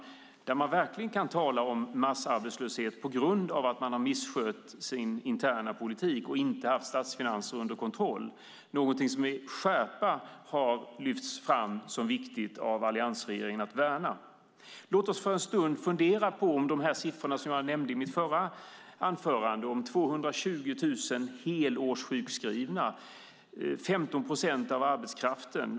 Där kan man verkligen tala om massarbetslöshet på grund av att man misskött sin interna politik och inte haft statsfinanser under kontroll. Det är någonting som med skärpa har lyfts fram som viktigt av alliansregeringen att värna. Låt oss för en stund fundera på de siffror som jag nämnde i mitt förra anförande om 220 000 helårssjukskrivna, 15 procent av arbetskraften.